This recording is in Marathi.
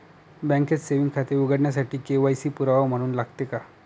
बँकेत सेविंग खाते उघडण्यासाठी के.वाय.सी पुरावा म्हणून लागते का?